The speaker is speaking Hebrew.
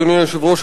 אדוני היושב-ראש,